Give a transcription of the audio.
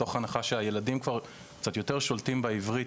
מתוך הנחה שהילדים כבר שולטים בעברית?